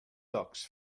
ducks